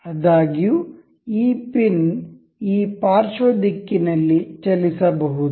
ಆದಾಗ್ಯೂ ಈ ಪಿನ್ ಈ ಪಾರ್ಶ್ವ ದಿಕ್ಕಿನಲ್ಲಿ ಚಲಿಸಬಹುದು